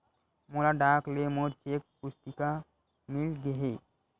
मोला डाक ले मोर चेक पुस्तिका मिल गे हे